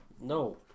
No